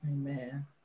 Amen